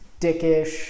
Dickish